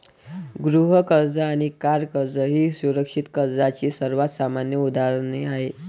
गृह कर्ज आणि कार कर्ज ही सुरक्षित कर्जाची सर्वात सामान्य उदाहरणे आहेत